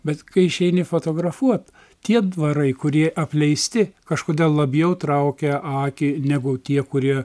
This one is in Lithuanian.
bet kai išeini fotografuot tie dvarai kurie apleisti kažkodėl labiau traukia akį negu tie kurie